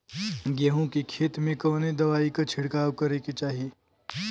गेहूँ के खेत मे कवने दवाई क छिड़काव करे के चाही?